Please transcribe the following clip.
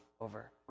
over